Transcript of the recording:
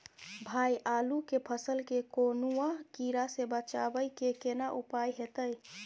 भाई आलू के फसल के कौनुआ कीरा से बचाबै के केना उपाय हैयत?